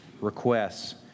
requests